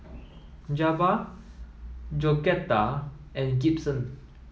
Jabbar Georgetta and Gibson